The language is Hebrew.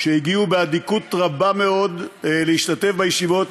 שהגיעו באדיקות רבה מאוד להשתתף בישיבות,